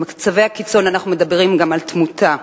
במצבי הקיצון אנחנו מדברים גם על תמותה,